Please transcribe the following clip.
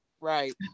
Right